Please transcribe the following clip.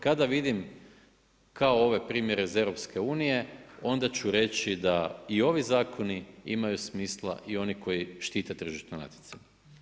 Kada vidim kao ove primjere iz EU onda ću reći da i ovi zakoni imaju smisla i oni koji štite tržišno natjecanje.